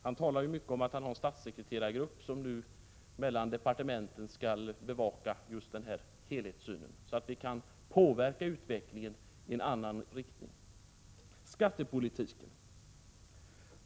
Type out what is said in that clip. Han talar ju mycket om att han har en statssekreterargrupp som nu mellan departementen skall bevaka denna helhetssyn, så att vi kan påverka utvecklingen i en annan riktning. Sedan till skattepolitiken.